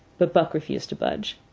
but buck refused to budge.